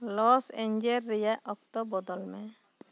loss Angeles ᱨᱮᱭᱟᱜ ᱚᱠᱛᱚ ᱵᱚᱫᱚᱞ ᱢᱮ